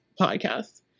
podcast